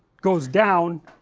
goes down